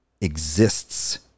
exists